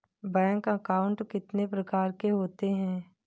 Bank account कितने प्रकार के होते हैं?